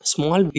Small